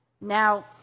Now